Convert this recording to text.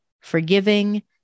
forgiving